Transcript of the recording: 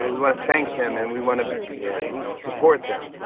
we want to thank them, and we want to support them.